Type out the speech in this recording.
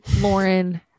Lauren